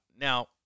Now